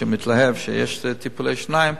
שמתלהב שיש טיפולי שיניים,